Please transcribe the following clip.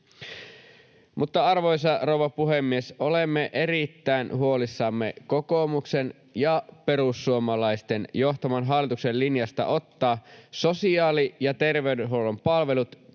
Mutta, arvoisa rouva puhemies, olemme erittäin huolissamme kokoomuksen ja perussuomalaisten johtaman hallituksen linjasta ottaa sosiaali- ja terveydenhuollon palvelut